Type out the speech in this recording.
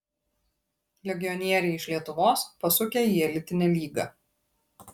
legionieriai iš lietuvos pasukę į elitinę lygą